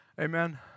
Amen